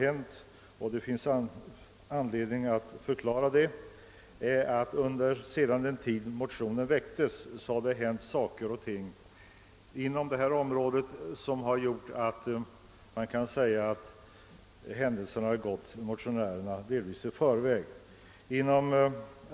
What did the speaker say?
Emellertid finns det anledning att förklara att det, sedan motionen väcktes, har hänt saker och ting inom detta område som har gjort, att man kan säga att händelserna delvis har gått motionärerna i förväg.